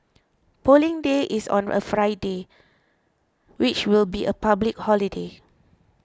Polling Day is on a Friday which will be a public holiday